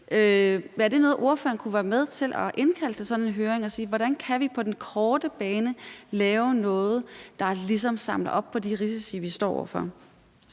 Er det noget, ordføreren kunne være med til, altså at indkalde til sådan en høring og sige: Hvordan kan vi på den korte bane lave noget, der ligesom samler op på de risici, vi står over for?